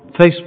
Facebook